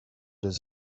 does